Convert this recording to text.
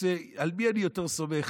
על מי אני יותר סומך?